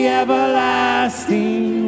everlasting